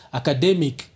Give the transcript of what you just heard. academic